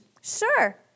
Sure